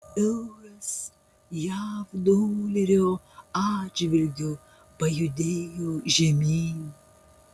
euras jav dolerio atžvilgiu pajudėjo žemyn